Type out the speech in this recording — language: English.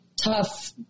tough